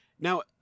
Now